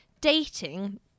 Dating